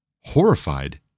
horrified